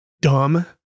dumb